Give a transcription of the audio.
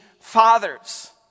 fathers